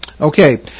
Okay